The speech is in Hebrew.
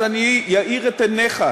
אז אני אאיר את עיניך.